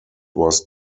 was